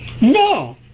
No